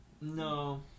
No